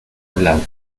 hablar